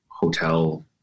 hotel